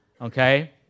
okay